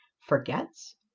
forgets